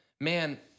man